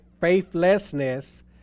faithlessness